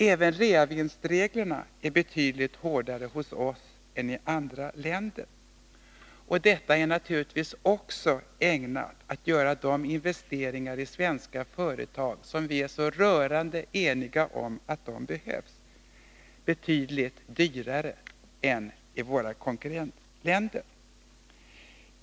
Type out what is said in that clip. Även reavinstreglerna är betydligt hårdare hos oss än i andra länder, och detta är naturligtvis också ägnat att göra de investeringar i svenska företag som vi är så rörande eniga om behövs, betydligt dyrare än i våra konkurrentländer.